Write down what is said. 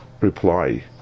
reply